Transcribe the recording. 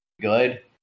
good